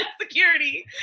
security